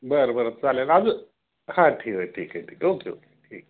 बरं बरं चालेल आज हां ठीक आहे ठीक आहे ठीक ओके ओके ठीक